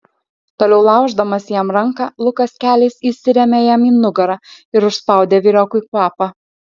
toliau lauždamas jam ranką lukas keliais įsirėmė jam į nugarą ir užspaudė vyriokui kvapą